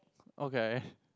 okay